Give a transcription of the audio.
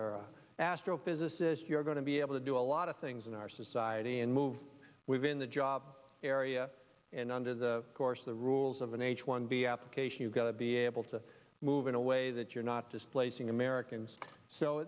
or astrophysicist you're going to be able to do a lot of things in our society and move within the job area and under the course the rules of an h one b application you've got to be able to move in a way that you're not displacing americans so